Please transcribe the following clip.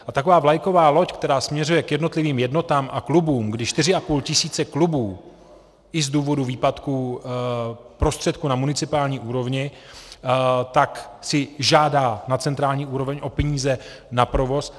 A taková vlajková loď, která směřuje k jednotlivým jednotám a klubům, kdy čtyři a půl tisíce klubů i z důvodu výpadků prostředků na municipální úrovni, tak si žádá na centrální úroveň o peníze na provoz.